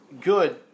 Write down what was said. good